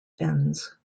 ends